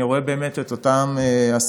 אני רואה את אותם עסקים,